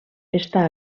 està